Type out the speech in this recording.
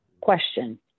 Question